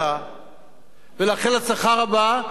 ולאחל הצלחה רבה לשר דיכטר,